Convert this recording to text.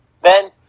Ben